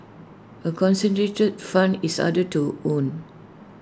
A concentrated fund is harder to own